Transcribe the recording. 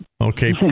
Okay